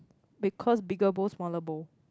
because bigger bowl smaller bowl